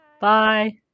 Bye